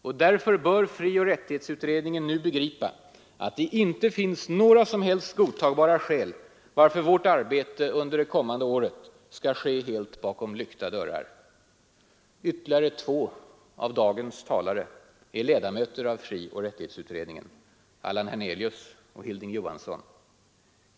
Och därför bör frioch rättighetsutredningen nu begripa att det inte finns några godtagbara skäl för att vårt arbete under det kommande året skall ske helt bakom lyckta dörrar. Ytterligare två av dagens talare är ledamöter av frioch rättighetsutredningen, Allan Hernelius och Hilding Johansson.